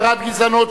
הגדרת גזענות),